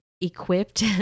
equipped